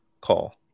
call